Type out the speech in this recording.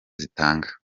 zitanga